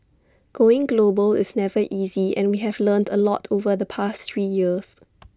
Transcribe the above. going global is never easy and we have learned A lot over the past three years